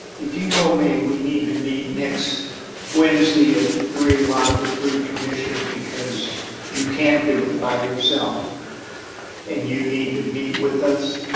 if you told me we need to meet next wednesday at three zero like with three commissioners because you can't do it by yourself and you need to meet with us,